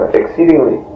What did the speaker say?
exceedingly